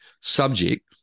subject